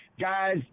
guys